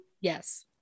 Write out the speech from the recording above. Yes